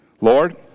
Lord